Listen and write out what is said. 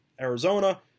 Arizona